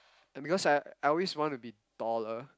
and because I I always want to be taller